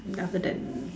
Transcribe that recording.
then after that